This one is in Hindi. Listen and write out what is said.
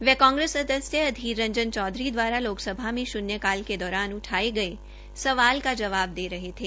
वह कांग्रेस सदस्य अधीर रंजन चौधरी दवारा लोकसभा में शन्य काल के दौरान उठाये गये सवाल का जवाब दे रहे थे